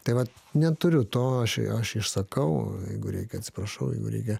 tai vat neturiu to aš aš išsakau jeigu reikia atsiprašau jeigu reikia